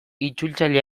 itzultzaile